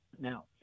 Now